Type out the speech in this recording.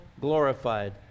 glorified